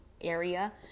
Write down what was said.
area